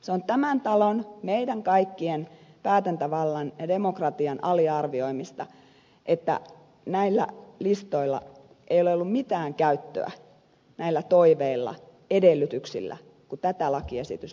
se on tämän talon meidän kaikkien päätäntävallan ja demokratian aliarvioimista että näillä listoilla ei ole ollut mitään käyttöä näillä toiveilla edellytyksillä kun tätä lakiesitystä on valmisteltu